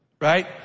Right